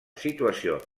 situació